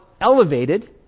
elevated